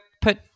put